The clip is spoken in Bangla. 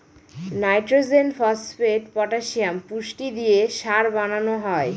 নাইট্রজেন, ফসপেট, পটাসিয়াম পুষ্টি দিয়ে সার বানানো হয়